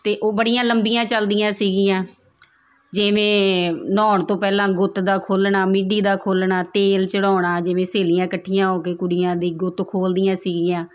ਤੇ ਉਹ ਬੜੀਆਂ ਲੰਬੀਆਂ ਚੱਲਦੀਆਂ ਸੀਗੀਆਂ ਜਿਵੇਂ ਨਹਾਉਣ ਤੋਂ ਪਹਿਲਾਂ ਗੁੱਤ ਦਾ ਖੋਲ੍ਹਣਾ ਮਿੱਡੀ ਦਾ ਖੋਲ੍ਹਣਾ ਤੇਲ ਚੜਾਉਣਾ ਜਿਵੇਂ ਸਹੇਲੀਆਂ ਇਕੱਠੀਆਂ ਹੋ ਕੇ ਕੁੜੀਆਂ ਦੀ ਗੁੱਤ ਖੋਲ੍ਹਦੀਆਂ ਸੀਗੀਆਂ